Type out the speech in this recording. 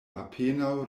apenaŭ